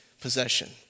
possession